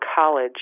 college